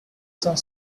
some